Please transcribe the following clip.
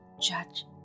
judge